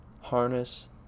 harness